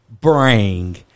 bring